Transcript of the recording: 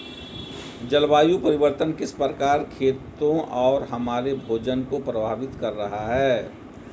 जलवायु परिवर्तन किस प्रकार खेतों और हमारे भोजन को प्रभावित कर रहा है?